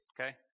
Okay